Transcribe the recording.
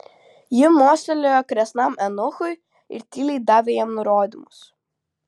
ji mostelėjo kresnam eunuchui ir tyliai davė jam nurodymus